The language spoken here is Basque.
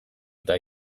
eta